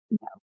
No